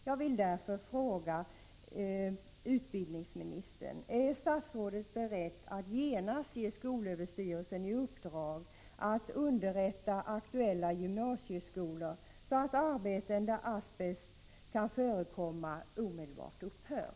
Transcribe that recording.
Jag vill därför fråga utbildningsministern: Är statsrådet beredd att genast ge skolöverstyrelsen i uppdrag att underrätta aktuella gymnasieskolor, så att arbeten där asbest kan förekomma omedelbart upphör?